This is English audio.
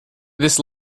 this